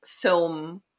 Film